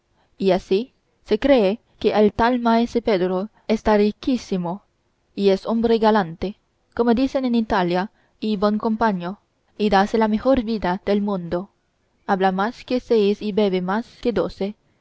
y así se cree que el tal maese pedro esta riquísimo y es hombre galante como dicen en italia y bon compaño y dase la mejor vida del mundo habla más que seis y bebe más que doce